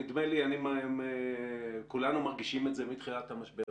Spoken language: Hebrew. אנחנו צריכים משרדים שהרגולציה שם היא באמת חונקת עסקים,